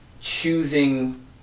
choosing